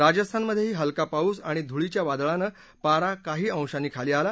राजस्थानध्येही हलका पाऊस आणि धुळीच्या वादळानं पारा काही अंशांनी खाली आला